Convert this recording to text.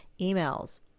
emails